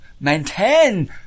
Maintain